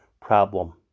problem